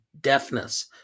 deafness